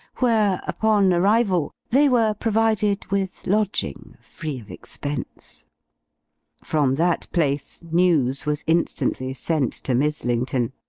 where, upon arrival, they were provided with lodging free of expense from that place news was instantly sent to mizzlington.